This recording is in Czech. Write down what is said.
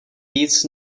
víc